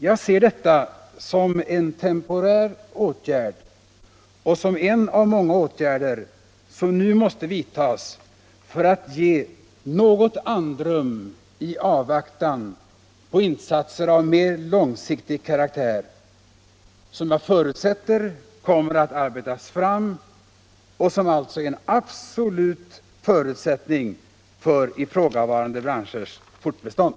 Jag ser detta som en temporär åtgärd och som en av många åtgärder som nu måste vidtas för att ge något andrum i avvaktan på insatser av mer långsiktig karaktär, som jag förutsätter kommer att arbetas fram och som alltså är en absolut förutsättning för ifrågavarande branschers fortbestånd.